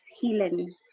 healing